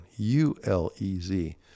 ULEZ